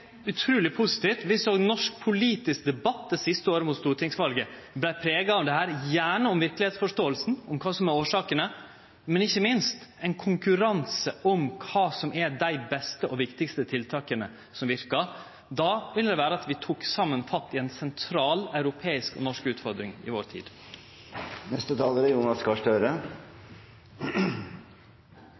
utruleg positivt viss òg den norske politiske debatten det siste året fram mot stortingsvalet vart prega av dette, gjerne om verkelegheitsforståinga – om kva som er årsakene – men ikkje minst ein konkurranse om kva som er dei beste og viktigaste tiltaka som verkar. Då ville det vere slik at vi saman tok fatt i ei sentral europeisk og norsk utfordring i vår tid. Det er